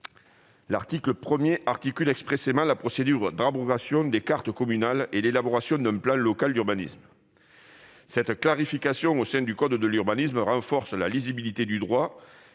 L'article 1 articule expressément la procédure d'abrogation des cartes communales et l'élaboration d'un plan local d'urbanisme. Cette clarification au sein du code de l'urbanisme renforce la lisibilité du droit